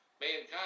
mankind